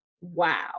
wow